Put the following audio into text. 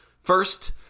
First